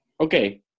Okay